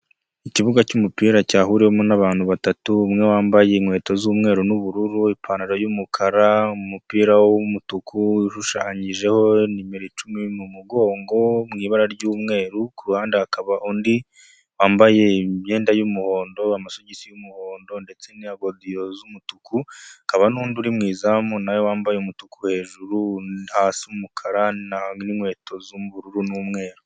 Ikibuga cy'umupira cyahuriwemo n'abantu batatu: umwe wambaye inkweto z'umweru n'ubururu, ipantaro y'umukara, umupira w'umutuku ushushanyijeho nimero mu mugongo mu ibara ry'umweru, ku ruhande hakaba undi wambaye imyenda y'umuhondo, amasogisi y'umuhondo ndetse na godiyo z'umutuku, hakaba n'undi uri mu izamu na we wambaye umutuku hejuru hasi umukara n'inkweto z'ubururu n'umweru.